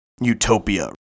utopia